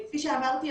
כפי שאמרתי,